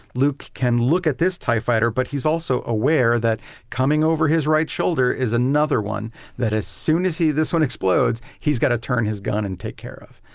luke can look at this tie fighter but he's also aware that coming over his right shoulder is another one that as soon as this one explodes, he's got to turn his gun and take care of.